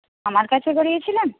আমার কাছে করিয়েছিলেন